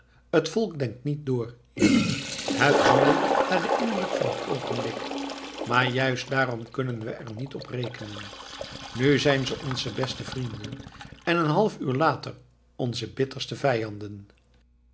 het volk denkt niet door jurrie het handelt naar den indruk van het oogenblik maar juist daarom kunnen we er niet op rekenen nu zijn ze onze beste vrienden en een half uur later onze bitterste vijanden